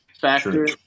factor